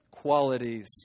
qualities